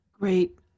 Great